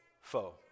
foe